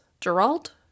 Gerald